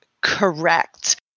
correct